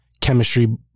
chemistry